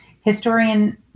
Historian